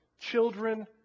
children